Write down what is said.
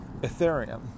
Ethereum